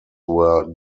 were